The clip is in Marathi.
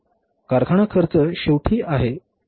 कारखाना खर्च शेवटी आहे